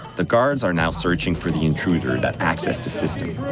the guards are now searching for the intruder that accessed the system.